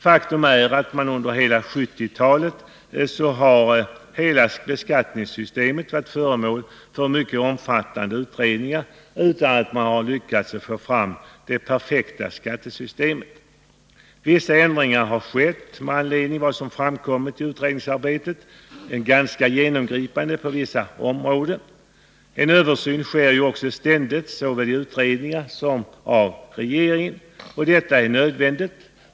Faktum är att under hela 1970-talet har beskattningssystemet varit föremål för mycket omfattande utredningar utan att man har lyckats få fram det perfekta skattesystemet. Ändringar har skett med anledning av vad som framkommit i utredningsarbetet, på vissa områden ganska genomgripande sådana. En översyn utförs ständigt såväl i utredningar som av regeringen, och detta är nödvändigt.